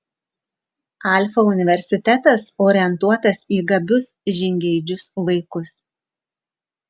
alfa universitetas orientuotas į gabius žingeidžius vaikus